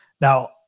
Now